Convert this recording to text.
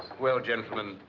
well, gentlemen.